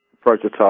prototype